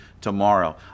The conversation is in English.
tomorrow